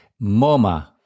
MoMA